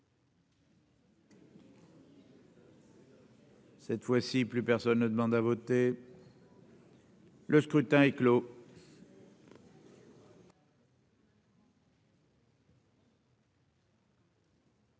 Cette fois-ci, plus personne ne demande à voter. Le scrutin est clos.